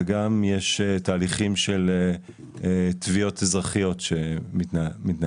וגם יש תהליכים של תביעות אזרחיות שמתנהלים.